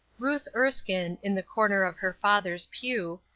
ruth erskine, in the corner of her father's pew,